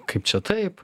kaip čia taip